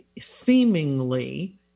seemingly